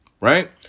right